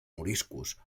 moriscos